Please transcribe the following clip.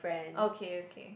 okay okay